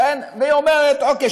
והיא אומרת: אוקיי,